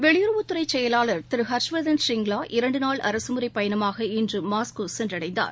வெளியுறவுத்துறைசெயலாளர் திருஹர்ஷ்வர்தன் ஸ்ரிங்ளா இரண்டுநாள் அரசுமுறைப் பயணமாக இன்றுமாஸ்கோசென்றடைந்தார்